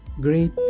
great